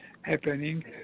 happening